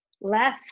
Left